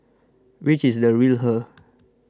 which is the real her